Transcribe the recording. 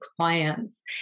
clients